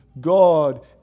God